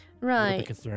Right